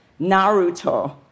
Naruto